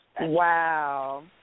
Wow